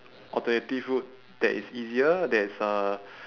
alternative route that is easier that is uh